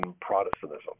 Protestantism